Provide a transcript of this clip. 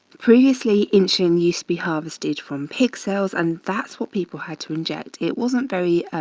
previously, insulin used to be harvested from pig cells and that's what people had to inject. it wasn't very